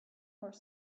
were